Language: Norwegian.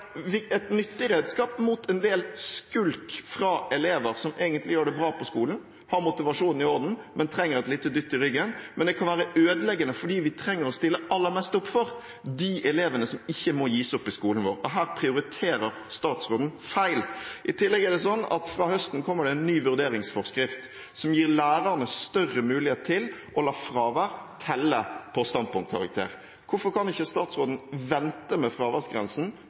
et nyttig redskap mot en del skulk fra elever som egentlig gjør det bra på skolen, har motivasjonen i orden, men trenger et lite dytt i ryggen, men det kan være ødeleggende for dem vi trenger å stille aller mest opp for, de elevene som ikke må gis opp i skolen vår. Her prioriterer statsråden feil. I tillegg kommer det fra høsten av en ny vurderingsforskrift, som gir lærerne større mulighet til å la fravær telle på standpunktkarakter. Hvorfor kan ikke statsråden vente med fraværsgrensen